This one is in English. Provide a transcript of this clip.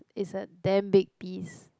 it's a damn big piece